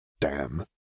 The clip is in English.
Damn